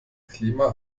klima